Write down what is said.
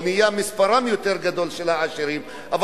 או מספרם של העשירים גדול יותר,